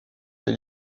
des